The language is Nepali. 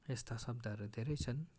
यस्ता शब्दहरू धेरै छन्